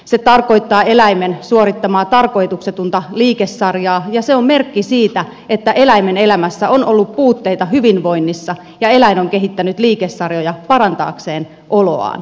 se tarkoittaa eläimen suorittamaa tarkoituksetonta liikesarjaa ja se on merkki siitä että eläimen elämässä on ollut puutteita hyvinvoinnissa ja eläin on kehittänyt liikesarjoja parantaakseen oloaan